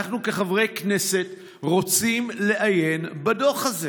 אנחנו כחברי כנסת רוצים לעיין בדוח הזה.